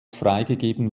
freigegeben